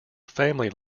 family